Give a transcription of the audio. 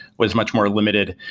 was much more limited.